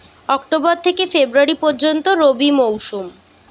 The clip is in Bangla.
অক্টোবর থেকে ফেব্রুয়ারি পর্যন্ত রবি মৌসুম